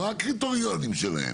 לא הקריטריונים שלהם,